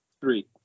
Three